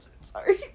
sorry